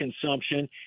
consumption